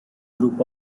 group